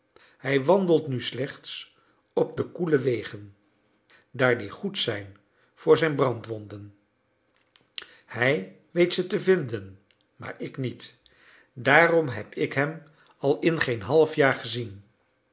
hij wandelt nu slechts op de koele wegen daar die goed zijn voor zijn brandwonden hij weet ze te vinden maar ik niet daarom heb ik hem al in geen halfjaar gezien